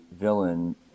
villain